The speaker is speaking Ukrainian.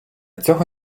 цього